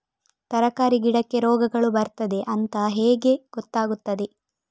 ತರಕಾರಿ ಗಿಡಕ್ಕೆ ರೋಗಗಳು ಬರ್ತದೆ ಅಂತ ಹೇಗೆ ಗೊತ್ತಾಗುತ್ತದೆ?